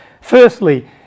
Firstly